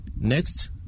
Next